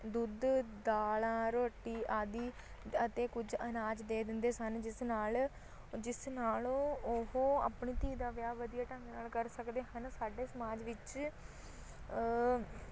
ਦੁੱਧ ਦਾਲਾਂ ਰੋਟੀ ਆਦਿ ਅਤੇ ਕੁਝ ਅਨਾਜ ਦੇ ਦਿੰਦੇ ਸਨ ਜਿਸ ਨਾਲ ਜਿਸ ਨਾਲ ਉਹ ਆਪਣੀ ਧੀ ਦਾ ਵਿਆਹ ਵਧੀਆ ਢੰਗ ਨਾਲ ਕਰ ਸਕਦੇ ਹਨ ਸਾਡੇ ਸਮਾਜ ਵਿੱਚ